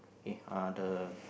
on the